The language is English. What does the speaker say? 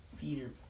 Peter